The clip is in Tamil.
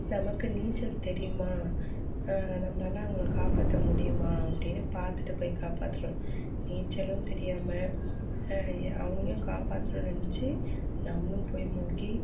நமக்கு நீச்சல் தெரியுமா நம்மளால் அவங்கள காப்பாற்ற முடியுமா அப்படின்னு பார்த்துட்டு போய் காப்பாற்றணும் நீச்சலும் தெரியாமல் அவங்களையும் காப்பாற்றணும்னு நெனச்சு நம்மளும் போய் மூழ்கி